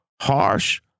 harsh